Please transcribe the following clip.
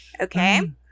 Okay